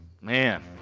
Man